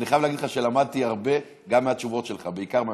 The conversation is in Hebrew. אני חייב להגיד לך שלמדתי הרבה גם מהתשובות שלך,